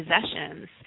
possessions